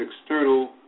external